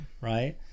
right